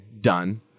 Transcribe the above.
done